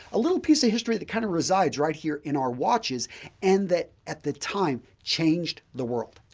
a little piece of history that kind of resides right here in our watches and that at the time changed the world.